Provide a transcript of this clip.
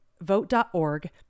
vote.org